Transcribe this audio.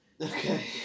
Okay